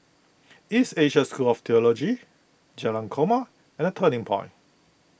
East Asia School of theology Jalan Korma and the Turning Point